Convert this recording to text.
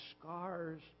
scars